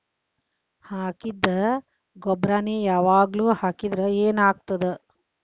ಹಾಕಿದ್ದ ಗೊಬ್ಬರಾನೆ ಯಾವಾಗ್ಲೂ ಹಾಕಿದ್ರ ಏನ್ ಆಗ್ತದ?